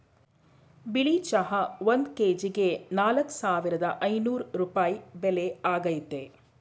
ಬಿಳಿ ಚಹಾ ಒಂದ್ ಕೆಜಿಗೆ ನಾಲ್ಕ್ ಸಾವಿರದ ಐನೂರ್ ರೂಪಾಯಿ ಬೆಲೆ ಆಗೈತೆ